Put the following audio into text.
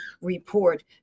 report